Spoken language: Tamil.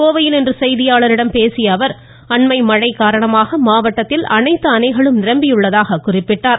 கோவையில் இன்று செய்தியாளர்களிடம் பேசிய அவர் அண்மை மழை காரணமாக மாவட்டத்தில் அனைத்து அணைகளும் நிரம்பியுள்ளதாக குறிப்பிட்டார்